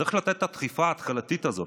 צריך לתת את הדחיפה ההתחלתית הזאת.